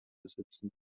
besitzen